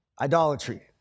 idolatry